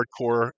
hardcore